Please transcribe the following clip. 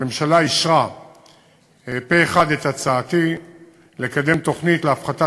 הממשלה אישרה פה-אחד את הצעתי לקדם תוכנית להפחתת